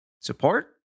support